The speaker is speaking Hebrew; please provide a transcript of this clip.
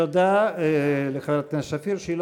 תודה לחברת הכנסת סתיו שפיר.